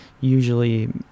usually